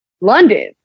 London